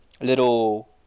little